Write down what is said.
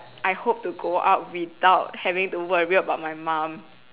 I hope to go out without having to worry about my mum